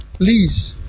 please